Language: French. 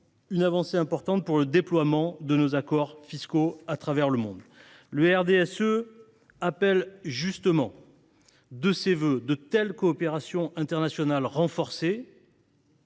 une avancée importante pour le déploiement de nos accords fiscaux à travers le monde. Les élus du RDSE appellent justement de leurs vœux de telles coopérations internationales renforcées.